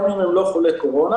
גם אם הם לא חולי קורונה.